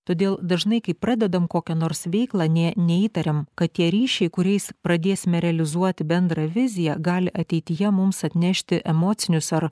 todėl dažnai kai pradedam kokią nors veiklą nė neįtariam kad tie ryšiai kuriais pradėsime realizuoti bendrą viziją gali ateityje mums atnešti emocinius ar